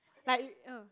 like